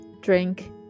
drink